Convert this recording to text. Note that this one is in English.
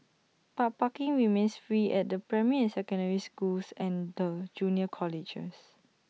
but parking remains free at the primary and secondary schools and the junior colleges